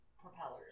propellers